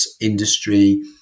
industry